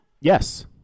Yes